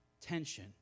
tension